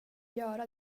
göra